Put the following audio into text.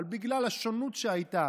אבל בגלל השונות שהייתה,